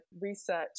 research